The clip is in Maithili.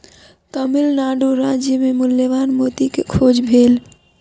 तमिल नाडु राज्य मे मूल्यवान मोती के खोज भेल